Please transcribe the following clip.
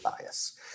bias